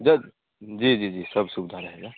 जब जी जी सब सुविधा रहेगा